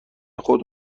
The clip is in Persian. خود